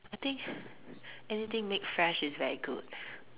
I think anything made fresh is very good